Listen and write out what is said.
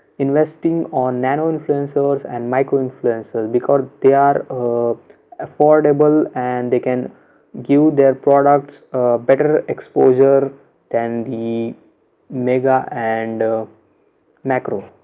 investing on nano influencers and micro influencers because they are affordable and they can give their products better exposure than the mega and macro.